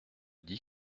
dis